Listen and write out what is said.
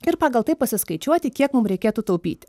ir pagal tai pasiskaičiuoti kiek mum reikėtų taupyti